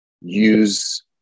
use